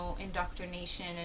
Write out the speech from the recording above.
indoctrination